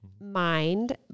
mind